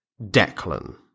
Declan